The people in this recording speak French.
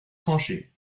tranchées